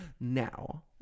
now